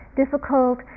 difficult